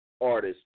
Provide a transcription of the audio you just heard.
artist